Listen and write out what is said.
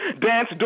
dance